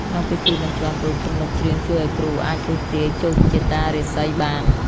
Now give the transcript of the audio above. ក្នុងពិធីបញ្ជាន់រូប ទំនុកច្រៀងជួយឱ្យគ្រូអាចទស្សន៍ទាយជោគជតារាសីបាន។